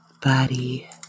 body